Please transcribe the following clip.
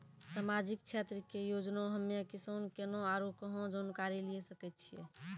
समाजिक क्षेत्र के योजना हम्मे किसान केना आरू कहाँ जानकारी लिये सकय छियै?